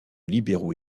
libéraux